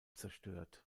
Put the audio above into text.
zerstört